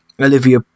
Olivia